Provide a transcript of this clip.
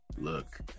Look